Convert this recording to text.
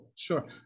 Sure